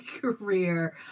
career